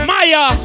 Maya